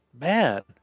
man